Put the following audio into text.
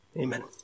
Amen